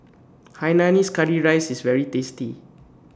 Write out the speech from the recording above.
Hainanese Curry rices IS very tasty